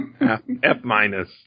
F-minus